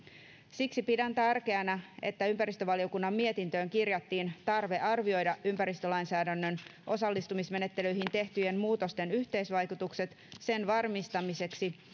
siksi pidän tärkeänä että ympäristövaliokunnan mietintöön kirjattiin tarve arvioida ympäristölainsäädännön osallistumismenettelyihin tehtyjen muutosten yhteisvaikutukset sen varmistamiseksi